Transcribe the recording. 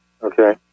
Okay